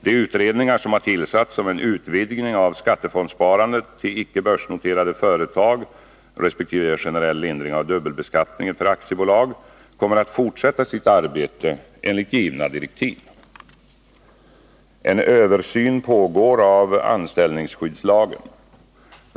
De utredningar som har tillsatts om en utvidgning av skattefondssparandet till icke börsnoterade företag resp. generell lindring av dubbelbeskattningen för aktiebolag kommer att fortsätta sitt arbete enligt givna direktiv. En översyn pågår av anställningsskyddslagen.